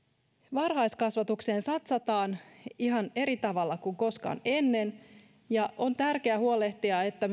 varhaiskasvatukseen satsataan ihan eri tavalla kuin koskaan ennen on tärkeää myös huolehtia että